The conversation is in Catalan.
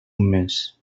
mes